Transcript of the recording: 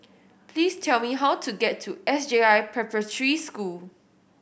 please tell me how to get to S J I Preparatory School